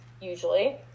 usually